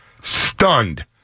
stunned